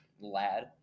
lad